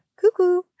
cuckoo